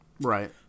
Right